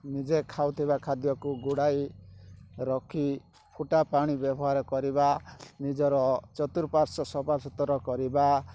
ନିଜେ ଖାଉଥିବା ଖାଦ୍ୟକୁ ଘୋଡ଼ାଇ ରଖି ଫୁଟା ପାଣି ବ୍ୟବହାର କରିବା ନିଜର ଚତୁଃପାର୍ଶ୍ଵ ସଫା ସୁତୁରା କରିବା